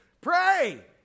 Pray